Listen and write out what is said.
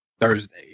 Thursday